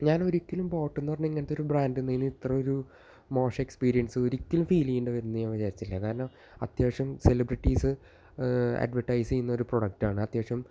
ഞാനൊരിക്കലും ബോട്ട് എന്ന് പറഞ്ഞ ഇങ്ങനത്തെ ഒരു ബ്രാൻഡിൽ നിന്ന് ഇത്രയും ഒരു മോശം എക്സ്പീരിയൻസ് ഒരിക്കലും ഫീൽ ചെയ്യേണ്ട വരുമെന്ന് ഞാൻ വിചാരിച്ചില്ല കാരണം അത്യാവശ്യം സെലിബ്രിറ്റീസ് അഡ്വർട്ടൈസ് ചെയ്യുന്ന ഒരു പ്രോഡക്റ്റാണ് അത്യാവശ്യം